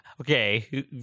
Okay